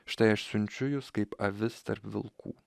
štai aš siunčiu jus kaip avis tarp vilkų